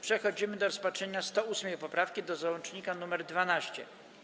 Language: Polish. Przechodzimy do rozpatrzenia 108. poprawki do załącznika nr 12.